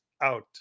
out